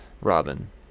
Robin